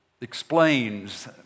explains